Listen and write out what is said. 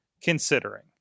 considering